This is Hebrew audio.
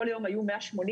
כל יום היו 180,